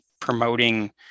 promoting